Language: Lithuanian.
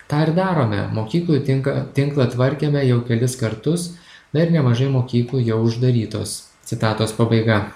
tą ir darome mokyklų tinką tinklą tvarkėme jau kelis kartus na ir nemažai mokyklų jau uždarytos citatos pabaiga